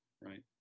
right